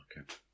Okay